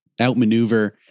outmaneuver